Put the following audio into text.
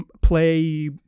play